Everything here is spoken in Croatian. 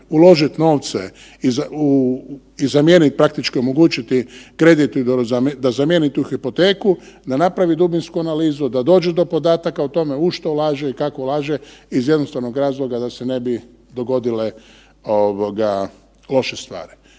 uložit novce i zamijeniti praktički omogućiti kredit da zamijeni tu hipoteku da napravi dubinsku analizu, da dođu do podataka o tome u što ulaže i kako ulaže iz jednostavnog razloga da se ne bi dogodile ovoga loše stvari.